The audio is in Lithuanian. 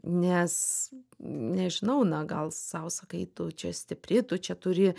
nes nežinau na gal sau sakai tu čia stipri tu čia turi